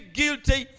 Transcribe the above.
guilty